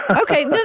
okay